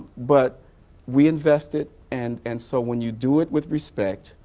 but we invested and and so when you do it with respect.